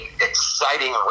exciting